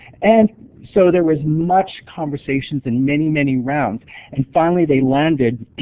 and so there was much conversations and many many rounds and finally they landed